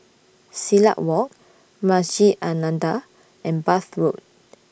Silat Walk Masjid An Nahdhah and Bath Road